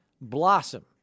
blossom